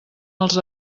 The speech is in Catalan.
els